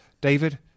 David